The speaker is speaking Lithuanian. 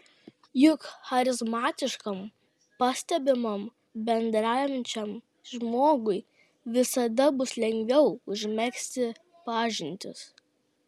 juk charizmatiškam pastebimam bendraujančiam žmogui visada bus lengviau užmegzti pažintis